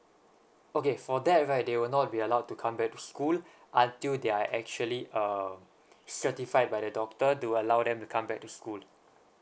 okay for that right they will not be allowed to come back to school until they are actually um certified by the doctor to allow them to come back to school